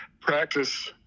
practice